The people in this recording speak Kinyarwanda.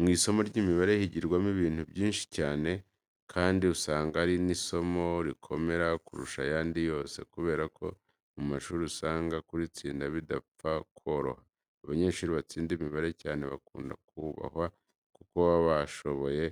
Mu isomo ry'imibare higirwamo ibintu byinshi cyane kandi usanga ari n'isomo rikomera kurusha ayandi yose kubera ko mu mashuri usanga kuritsinda bidapfa koroha. Abanyeshuri batsinda imibare cyane bakunda kubahwa kuko baba bashoboye